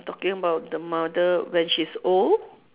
talking about the mother when she's old